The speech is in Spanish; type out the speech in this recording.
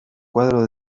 cuadros